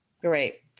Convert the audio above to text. Great